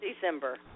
December